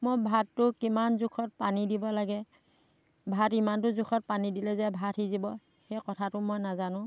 মই ভাতটো কিমান জোখত পানী দিব লাগে ভাত ইমানটো জোখত পানী দিলে যে ভাত সিজিব সেই কথাটো মই নাজানো